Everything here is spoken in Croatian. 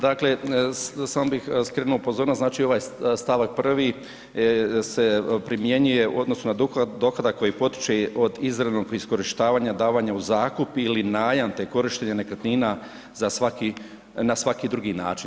Dakle, sam bih skrenuo pozornost znači ovaj stavak 1. se primjenjuje u odnosu na dohodak koji potiče od izravnog iskorištavanja davanja u zakup ili najam te korištenja nekretnina za svaki, na svaki drugi način.